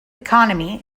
economy